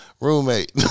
roommate